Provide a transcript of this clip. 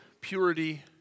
Purity